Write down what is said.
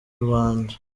rwanda